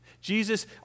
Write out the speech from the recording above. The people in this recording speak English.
Jesus